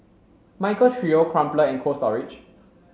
Michael Trio Crumpler and Cold Storage